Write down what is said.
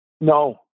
No